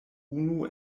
unu